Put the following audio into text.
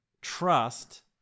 trust